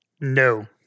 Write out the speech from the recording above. No